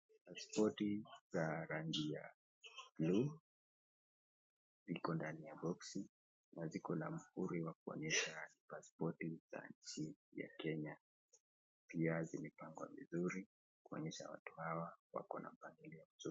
Pasipoti za rangi ya bluu ziko ndani ya boksi na ziko na muhuri za kuonyesha ni Pasipoti za nchi ya kenya na pia zimepangwa vizuri kuonyesha watu hawa wako na mpangilio mzuri.